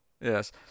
Yes